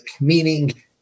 meaning